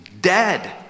dead